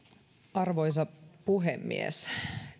arvoisa puhemies